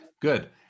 good